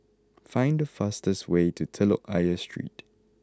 find the fastest way to Telok Ayer Street